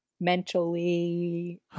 Mentally